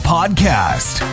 Podcast